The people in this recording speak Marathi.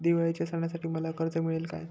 दिवाळीच्या सणासाठी मला कर्ज मिळेल काय?